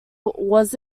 was